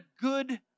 good